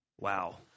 Wow